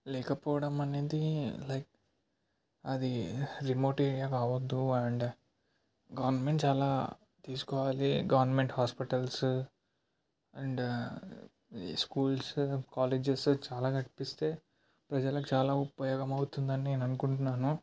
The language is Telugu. లేకపోవడం అనేది లైక్ అది రిమోట్ ఏరియా కావద్దు అండ్ గవర్నమెంట్ చాలా తీస్కోవాలి government hospitals and schools colleges చాలా కట్టిస్తే ప్రజల చాలా ఉపయోగం అవుతుంది అని నేను అనుకుంటున్నాను